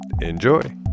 Enjoy